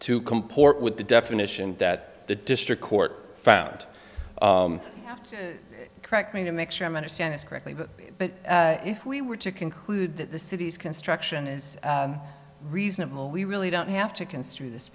comport with the definition that the district court found correct me to make sure i'm understanding correctly but if we were to conclude that the city's construction is reasonable we really don't have to construe this